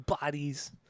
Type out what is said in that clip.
Bodies